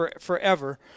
forever